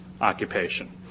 occupation